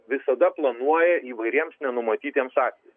visada planuoja įvairiems nenumatytiems atvej